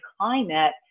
climate